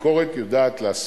.